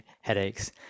headaches